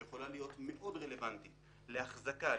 שיכולה להיות מאוד רלוונטית להחזקה,